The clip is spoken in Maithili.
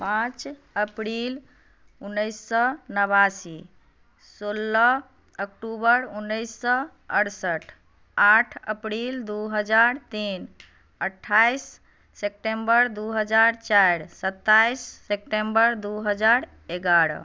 पाँच अप्रील उनैस सए नबासी सोलह अक्टूबर उन्नैस सए अरसठ आठ अप्रील दू हजार तीन अठाइस सेप्टेम्बर दू हजार चारि सताइस सेप्टेम्बर दू हजार एगारह